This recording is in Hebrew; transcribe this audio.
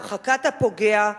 הרחקת הפוגע,